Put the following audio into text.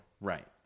Right